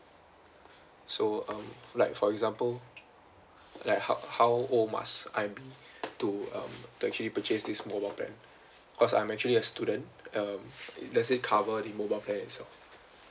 so um like for example like how how old must I be to um to actually purchase this mobile plan because I am actually a student um does it cover the mobile plan itself